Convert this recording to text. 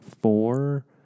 Four